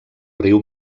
riu